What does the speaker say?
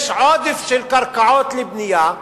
יש עודף של קרקעות לבנייה,